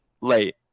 late